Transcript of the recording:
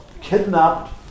kidnapped